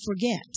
forget